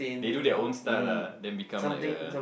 they do their own style ah then become like a